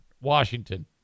Washington